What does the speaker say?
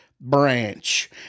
branch